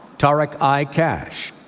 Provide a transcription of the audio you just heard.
tarak i. kash.